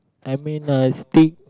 I mean uh steak